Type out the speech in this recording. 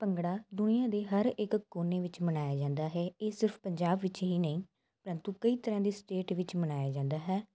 ਭੰਗੜਾ ਦੁਨੀਆਂ ਦੇ ਹਰ ਇੱਕ ਕੋਨੇ ਵਿੱਚ ਮਨਾਇਆ ਜਾਂਦਾ ਹੈ ਇਹ ਸਿਰਫ ਪੰਜਾਬ ਵਿੱਚ ਹੀ ਨਹੀਂ ਪਰੰਤੂ ਕਈ ਤਰ੍ਹਾਂ ਦੀ ਸਟੇਟ ਵਿੱਚ ਮਨਾਇਆ ਜਾਂਦਾ ਹੈ